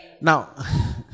Now